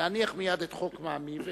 להניח מייד את חוק ממ"י,